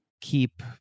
keep